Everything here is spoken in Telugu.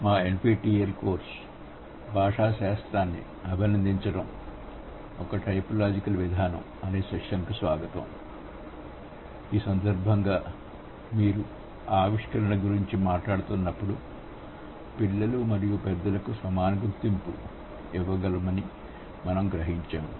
మా NPTEL కోర్సుఅప్రీషియేటింగ్ లింగ్విస్టిక్స్ ఒక టైపోలాజికల్ విధానం అనే సెషన్కు స్వాగతం కాబట్టి ఈ సందర్భంగా మీరు ఆవిష్కరణ గురించి మాట్లాడుతున్నప్పుడు పిల్లలు మరియు పెద్దలకు సమానమైన గుర్తింపు క్రెడిట్ ఇవ్వగలమని మనము గ్రహించాము